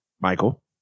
Michael